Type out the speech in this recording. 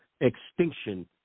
extinction